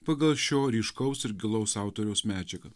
pagal šio ryškaus ir gilaus autoriaus medžiagą